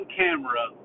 camera